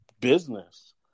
business